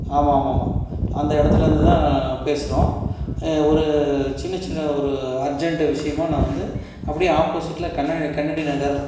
ஆமாம் ஆமாம் ஆமாம் அந்த இடத்துலருந்துதான் பேசுகிறோம் ஒரு சின்ன சின்ன ஒரு அர்ஜெண்ட்டு விஷயமா நான் வந்து அப்படியே ஆப்போசிட்டில் கண்ண கண்ணடி நகர்